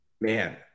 Man